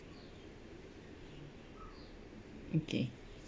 okay